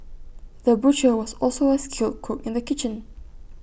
the butcher was also A skilled cook in the kitchen